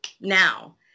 now